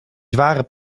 zware